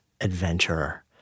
adventurer